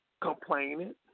complaining